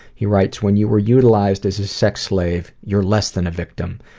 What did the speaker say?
he writes, when you were utilized as a sex slave you're less than a victim.